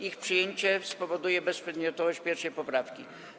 Ich przyjęcie spowoduje bezprzedmiotowość 1. poprawki.